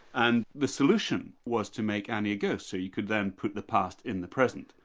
and the solution was to make annie a ghost so you could then put the past in the present,